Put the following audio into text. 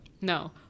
No